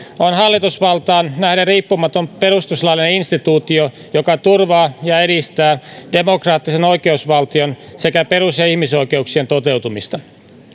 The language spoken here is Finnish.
on hallitusvaltaan nähden riippumaton perustuslaillinen instituutio joka turvaa ja edistää demokraattisen oikeusvaltion sekä perus ja ihmisoikeuksien toteutumista